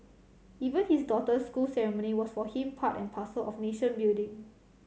even his daughter's school ceremony was for him part and parcel of nation building